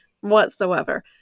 whatsoever